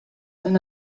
and